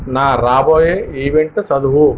నా రాబోయే ఈవెంటు చదువు